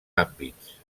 àmbits